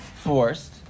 Forced